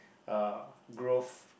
uh growth